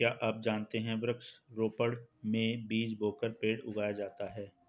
क्या आप जानते है वृक्ष रोपड़ में बीज बोकर पेड़ उगाया जाता है